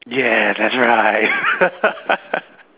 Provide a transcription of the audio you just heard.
ya that's right